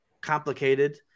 complicated